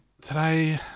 Today